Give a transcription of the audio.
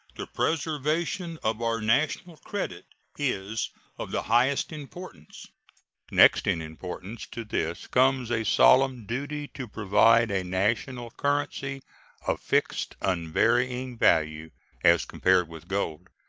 the preservation of our national credit is of the highest importance next in importance to this comes a solemn duty to provide a national currency of fixed, unvarying value as compared with gold,